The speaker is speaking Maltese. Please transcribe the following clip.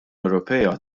ewropea